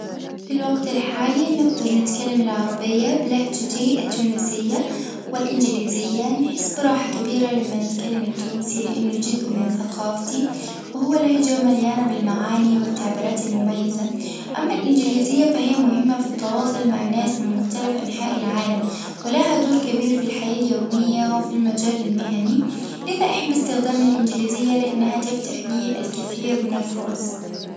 في الوقت الحالي نقدر نتكلم العربية بلهجتي التونسية والإنجليزية نحس براحة كبيرة لما نتكلم التونسي لإنه جزء من ثقافتي وهو لهجة مليانة بالمعاني والتعبيرات المميزة، أما الإنجليزية فهي مهمة في التواصل مع الناس من مختلف أنحاء العالم ولها دور كبير في الحياة اليومية وفي المجال المهني، لذا احب استخدام الإنجليزية لأنها تفتح لي الكثير من الفرص.